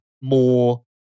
more